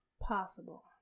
Possible